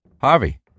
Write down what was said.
Harvey